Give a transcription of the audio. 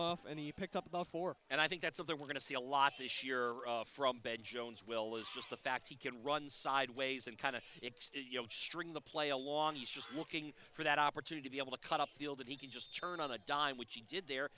off and he picked up about four and i think that's of that we're going to see a lot this year from ben jones will is just the fact he can run sideways and kind of it you know string the play along he's just looking for that opportunity be able to cut up feel that he can just turn on a dime which he did there